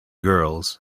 girls